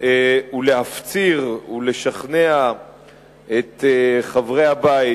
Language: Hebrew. ולהפציר ולשכנע את חברי הבית,